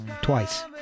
twice